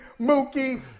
Mookie